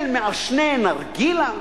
של מעשני נרגילה?